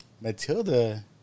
Matilda